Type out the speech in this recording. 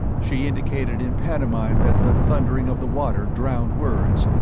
she indicated in pantomime that the thundering of the water drowned words,